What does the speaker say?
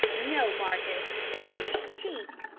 no, marcus, that is cheap.